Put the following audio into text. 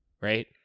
right